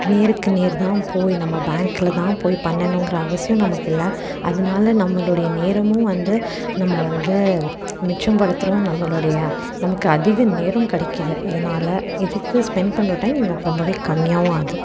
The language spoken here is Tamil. நேருக்கு நேர் தான் போய் நம்ம பேங்கில் தான் போய் பண்ணணுங்கிற அவசியம் நமக்கு இல்லை அதனால நம்மளுடைய நேரமும் வந்து நம்ம வந்து மிச்சம் படுத்துகிறோம் நம்மளுடைய நமக்கு அதிக நேரம் கிடைக்குது இதனால் இதுக்கு ஸ்பென்ட் பண்ணுற ஒரு டைம் நமக்கு ரொம்ப கம்மியாகவும் ஆகுது